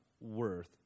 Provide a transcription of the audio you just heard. worth